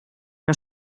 que